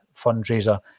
fundraiser